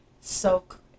soak